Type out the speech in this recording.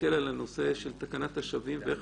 להסתכל על הנושא של תקנת השבים ואיך